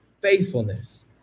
faithfulness